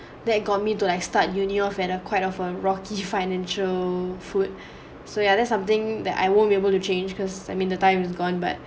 that got me to like start uni of and a quite of a rocky financial foot so yeah that's something that I won't be able to change because I mean the time's gone by